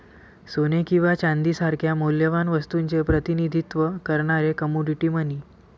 सोने किंवा चांदी सारख्या मौल्यवान वस्तूचे प्रतिनिधित्व करणारे कमोडिटी मनी